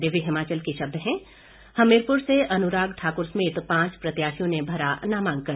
दिव्य हिमाचल के शब्द हैं हमीरपुर से अनुराग ठाकुर समेत पांच प्रत्याशियों ने भरा नामांकन